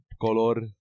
color